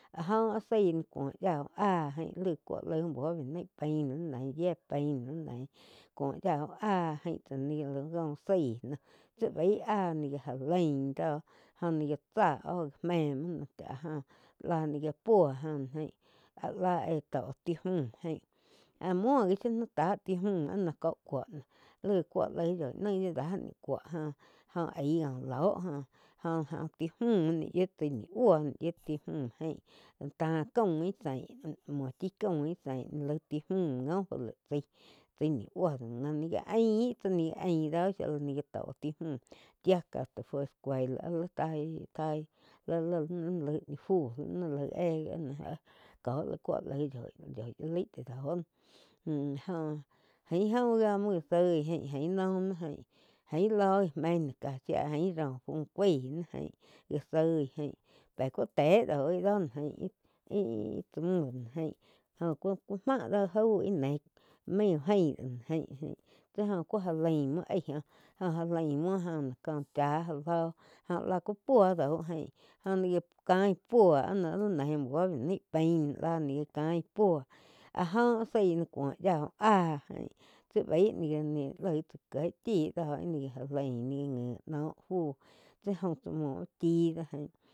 Áh jó áh zaí kúo yía bu áh li gá kúo lái úh buo bé nain pain yie pain muo néi cúo yía úh áh jaín tsá ni cóh uh zaí noh báig áh ni gá já lain jóh ní gá tsá oh mé muo chá áh jóh lá ni ja puo jain. Áh lá gie tó ti múh jáin múo gi shíu náh tá ti múh có cúo noh li já cúo lai náih yí dáh ní cúo joh aig kó lóh jo-jo ti múh yíu tsái níh búo yíu múh jaín tá caúm íh zeín muo chí caum íh sein laíg ti múh ngo fú laih tsái chái ni búo noh ain tsá ni gá ain tsá gá tó ti múh chía ti fú escuela áh tai-tai ni laug mu ñiu fu ni laíg éh gi áh ni gé cóh li cúo yoi-yoi yí laig chá doh. Múh jó jaín óh wi múo gá soí áin ain no ná jain aíg ló íh mei ká shía ró fu káin náh jaín gá sóig jáin pé kú té dau íh dóh aín íh-íh tsá múh doh joh cu-cu máh daú jáu íh neíh máin úh jaín aín-ain kú já laim muo áig óh já laim muo jóh náh kóh chá fú lóh láh kú puo daun jaín jóh ni gá taín púo áh lí néi úh buo bé naíh láh ni gá kaín áh jó áh zaí no cúo yía úh áh jaín tsi baih ni ga ngi lái chá kíeg chí di íh ni já laín ni gá ngi noh fúh jáum tsá muo úh chí dóh jáin.